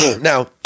now